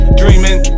dreaming